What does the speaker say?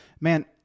man